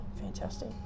fantastic